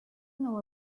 know